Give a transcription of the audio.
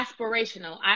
aspirational